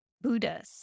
Buddhas